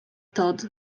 todt